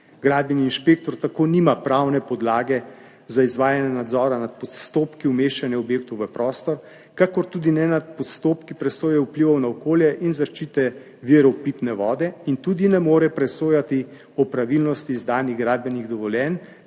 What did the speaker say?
Gradbeni inšpektor tako nima pravne podlage za izvajanje nadzora nad postopki umeščanja objektov v prostor, kakor tudi ne nad postopki presoje vplivov na okolje in zaščite virov pitne vode in tudi ne more presojati o pravilnosti izdanih gradbenih dovoljenj